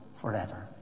forever